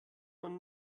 von